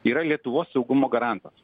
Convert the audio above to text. yra lietuvos saugumo garantas